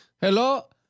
Hello